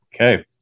Okay